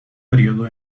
período